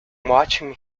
watching